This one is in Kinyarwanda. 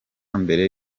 mbere